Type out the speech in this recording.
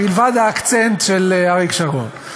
מלבד האקצנט של אריק שרון.